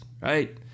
right